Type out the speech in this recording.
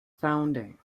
founding